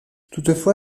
toutefois